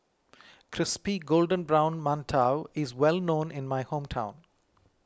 Crispy Golden Brown Mantou is well known in my hometown